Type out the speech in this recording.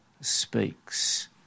speaks